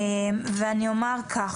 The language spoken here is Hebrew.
אני אומר כך,